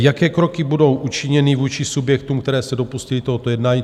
Jaké kroky budou učiněny vůči subjektům, které se dopustily tohoto jednání?